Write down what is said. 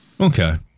Okay